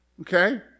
Okay